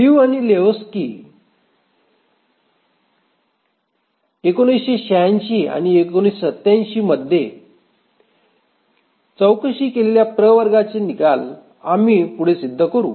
लियू आणि लेहोक्स्की आणि १९८६ आणि १९८७ मध्ये चौकशी केलेल्या प्रवर्गाचे निकाल आम्ही पुढे सिद्ध करु